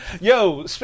Yo